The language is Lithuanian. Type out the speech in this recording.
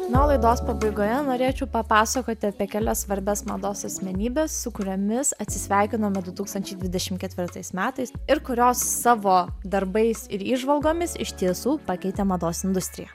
na o laidos pabaigoje norėčiau papasakoti apie kelias svarbias mados asmenybes su kuriomis atsisveikinome du tūkstančiai dvidešim ketvirtais metais ir kurios savo darbais ir įžvalgomis iš tiesų pakeitė mados industriją